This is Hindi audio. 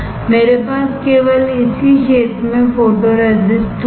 मेरे पास केवल इस ही क्षेत्र में फोटोरेसिस्ट होंगे